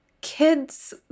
kids